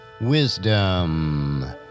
Wisdom